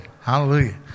hallelujah